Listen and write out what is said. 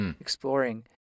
Exploring